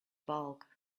bulk